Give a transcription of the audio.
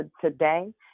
today